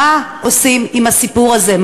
מה עושים עם הסיפור הזה?